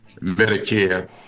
Medicare